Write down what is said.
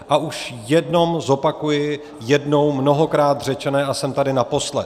A už jenom zopakuji jednou mnohokrát řečené a jsem tady naposled.